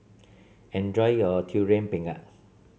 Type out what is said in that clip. enjoy your Durian Pengat